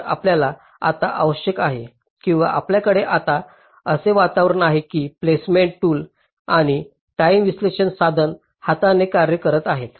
तर आपल्याला आता आवश्यक आहे किंवा आपल्याकडे आता असे वातावरण आहे जेथे प्लेसमेंट टूल आणि टाईम विश्लेषण साधन हाताने कार्य करत आहेत